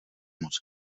moc